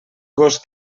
gos